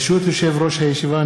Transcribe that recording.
ברשות יושב-ראש הישיבה,